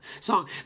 song